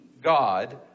God